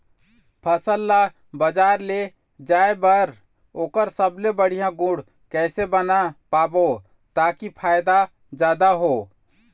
फसल ला बजार ले जाए बार ओकर सबले बढ़िया गुण कैसे बना पाबो ताकि फायदा जादा हो?